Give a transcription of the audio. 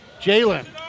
Jalen